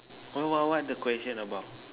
what what what the question about